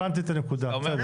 הבנתי את הנקודה, בסדר.